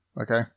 Okay